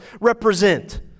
represent